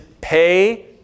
pay